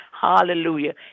Hallelujah